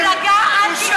מפלגה אנטי-ציונית,